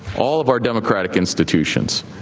all of our democratic institutions,